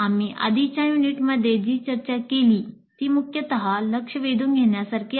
आम्ही आधीच्या युनिटमध्ये जी चर्चा केली ती मुख्यतः लक्ष वेधून घेण्यासारखी आहे